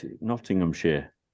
Nottinghamshire